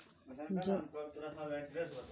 जोड़ खान मजबूत करवार केते की करवा होचए?